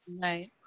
right